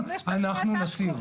אנחנו נסיר.